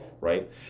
right